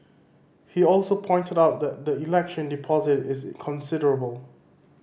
he also pointed out that the election deposit is considerable